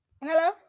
Hello